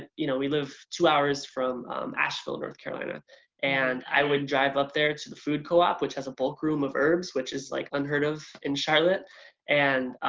you know we live two hours from asheville, north carolina and i would drive up there to the food co-op which has a bulk room of herbs, which is like unheard of in charlotte and